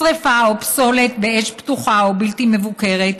שרפה של פסולת באש פתוחה או בלתי מבוקרת,